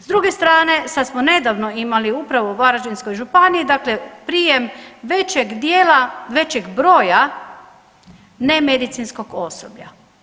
S druge strane, sad smo nedavno imali upravo u Varaždinskoj županiji dakle prijem većeg dijela, većeg broja nemedicinskog osoblja.